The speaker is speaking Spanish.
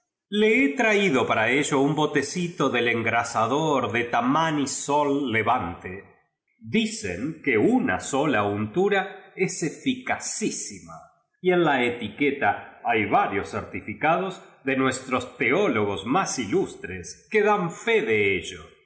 le he traído para dio un botecito del engrasador de tnioiaumpsol leranft dicen que una sola untura es dicacísima y cu la etupida lia y varios certificados de nuestros teólogos más ilus tres que dan le de ello voy a